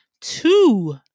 two